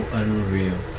unreal